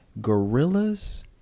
gorillas